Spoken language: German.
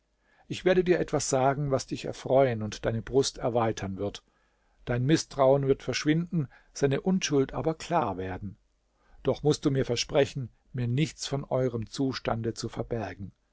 ich werde dir etwas sagen was dich erfreuen und deine brust erweitern wird dein mißtrauen wird verschwinden seine unschuld aber klar werden doch mußt du mir versprechen mir nichts von eurem zustande zu verbergen